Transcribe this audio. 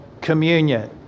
Communion